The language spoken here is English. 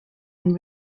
and